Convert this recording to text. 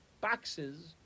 boxes